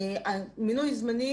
מינוי זמני,